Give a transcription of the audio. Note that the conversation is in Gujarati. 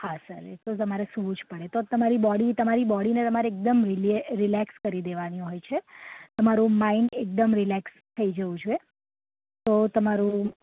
હા સર એ તો તમારે સુવું જ પડે તો જ તમારી બોડી તમારી બોડીને તમારે એકદમ રિલેક્સ કરી દેવાની હોય છે તમારૂં માઇન્ડ એકદમ રિલેક્સ થઈ જવું જોઈએ તો તમારું